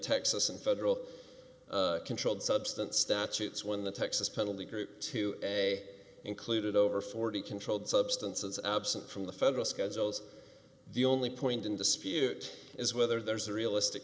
texas and federal controlled substance statutes when the texas penalty group to a included over forty controlled substances absent from the federal schedules the only point in dispute is whether there's a realistic